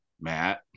Matt